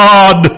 God